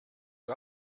you